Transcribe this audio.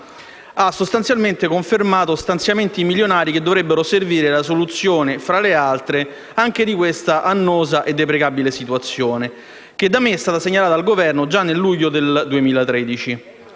ha sostanzialmente confermato stanziamenti milionari che dovrebbero servire alla soluzione, tra le altre, anche di quella annosa e deprecabile situazione, da me segnalata al Governo già nel luglio del 2013.